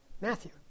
Matthew